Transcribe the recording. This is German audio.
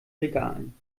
regalen